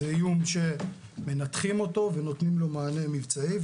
זה איום שמנתחים אותו ונותנים לו מענה מבצעי.